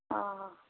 ହଁ ହଁ